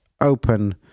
open